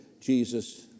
Jesus